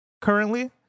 currently